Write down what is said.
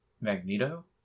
Magneto